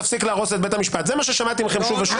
תפסיק להרוס את בית המשפט זה מה ששמעתי מכם שוב ושוב.